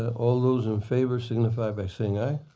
all those in favor, signify by saying aye.